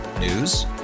News